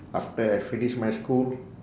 after I finish my school